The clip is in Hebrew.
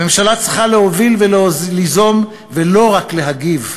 הממשלה צריכה להוביל וליזום, ולא רק להגיב.